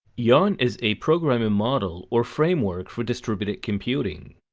yarn is a programming model or framework for distributed computing.